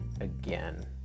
again